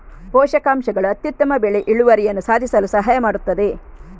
ಪೋಷಕಾಂಶಗಳು ಅತ್ಯುತ್ತಮ ಬೆಳೆ ಇಳುವರಿಯನ್ನು ಸಾಧಿಸಲು ಸಹಾಯ ಮಾಡುತ್ತದೆ